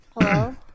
Hello